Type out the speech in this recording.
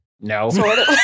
No